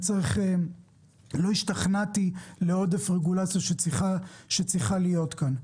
לא השתכנעתי מעודף רגולציה שצריכה להיות כאן.